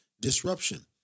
disruption